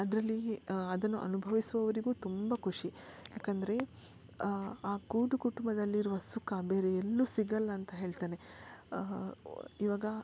ಅದರಲ್ಲಿ ಅದನ್ನು ಅನುಭವಿಸುವವರಿಗೂ ತುಂಬ ಖುಷಿ ಯಾಕೆಂದ್ರೆ ಆ ಕೂಡು ಕುಟುಂಬದಲ್ಲಿರುವ ಸುಖ ಬೇರೆ ಎಲ್ಲು ಸಿಗಲ್ಲ ಅಂತ ಹೇಳ್ತೇನೆ ಇವಾಗ